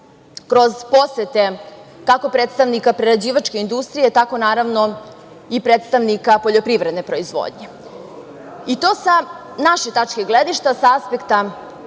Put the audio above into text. kroz posete kako predstavnika prerađivačke industrije, tako naravno i predstavnika poljoprivredne proizvodnje. To sa naše tačke gledišta, sa aspekta